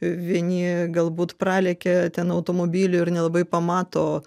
vieni galbūt pralėkia ten automobiliu ir nelabai pamato